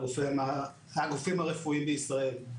על הגופים רפואיים בישראל.